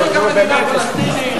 גם מדינה פלסטינית.